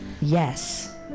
Yes